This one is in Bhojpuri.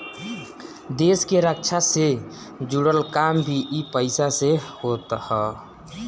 देस के रक्षा से जुड़ल काम भी इ पईसा से होत हअ